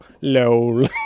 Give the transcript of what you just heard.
LOL